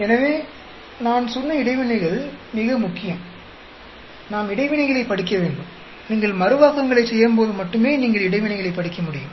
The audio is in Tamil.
எனவே நான் சொன்ன இடைவினைகள் மிக முக்கியம் நாம் இடைவினைகளைப் படிக்க வேண்டும் நீங்கள் மறுவாக்கங்களைச் செய்யும்போது மட்டுமே நீங்கள் இடைவினைகளைப் படிக்க முடியும்